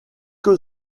que